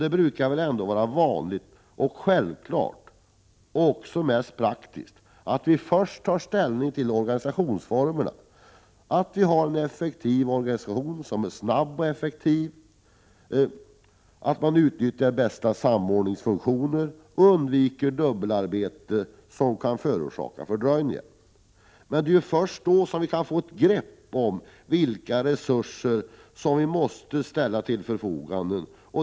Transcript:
Det brukar vara vanligt och självklart, och dessutom mest praktiskt, att först ta ställning till organisationsformerna, dvs. se till att vi har en effektiv och snabb organisation som utnyttjar de bästa samordningsfunktionerna och undviker dubbelarbete, som kan förorsaka fördröjning. Det är först då vi kan få ett grepp om vilka resurser vi måste ställa till förfogande.